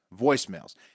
voicemails